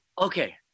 okay